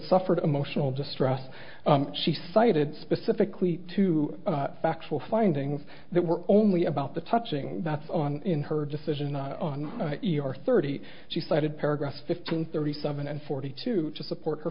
suffered emotional distress she cited specifically to factual findings that were only about the touching that's on in her decision not on e r thirty she cited paragraph fifteen thirty seven and forty two to support her